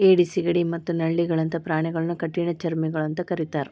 ಏಡಿ, ಸಿಗಡಿ ಮತ್ತ ನಳ್ಳಿಗಳಂತ ಪ್ರಾಣಿಗಳನ್ನ ಕಠಿಣಚರ್ಮಿಗಳು ಅಂತ ಕರೇತಾರ